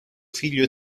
figlio